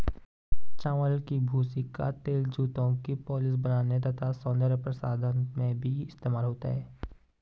चावल की भूसी का तेल जूतों की पॉलिश बनाने तथा सौंदर्य प्रसाधन में भी इस्तेमाल होता है